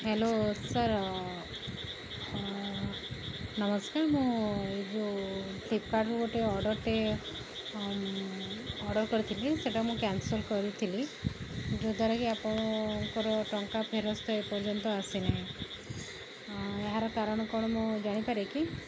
hello sir ନମସ୍କାର ମୁଁ ଏଇ ଯୋଉ ଫ୍ଲିପକାର୍ଟରୁ ଗୋଟେ ଅର୍ଡର୍ଟେ ଅର୍ଡର୍ କରିଥିଲି ସେଟା ମୁଁ କ୍ୟାନସଲ୍ କରିଥିଲି ଯଦ୍ୱାରା କି ଆପଣଙ୍କର ଟଙ୍କା ଫେରସ୍ତ ଏପର୍ଯ୍ୟନ୍ତ ଆସିନାହିଁ ଏହାର କାରଣ କ'ଣ ମୁଁ ଜାଣିପାରେ କି